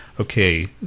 okay